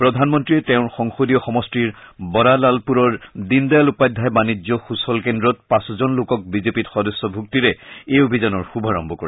প্ৰধানমন্ত্ৰীয়ে তেওঁ সংসদীয় সমষ্টিৰ বড়া লালপুৰৰ দীনদয়াল উপাধ্যায় বাণিজ্য সূচল কেন্দ্ৰত পাঁচ জন লোকক বিজেপিত সদস্য ভুক্তিৰে এই অভিযানৰ শুভাৰম্ভ কৰে